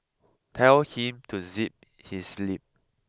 tell him to zip his lip